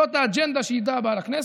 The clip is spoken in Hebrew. זו האג'נדה שאיתה היא באה לכנסת.